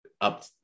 up